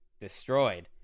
destroyed